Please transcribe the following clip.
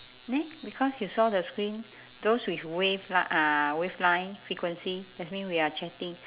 neh because you saw the screen those with wave li~ uh wave line frequency that's mean we are chatting